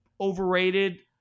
overrated